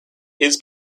his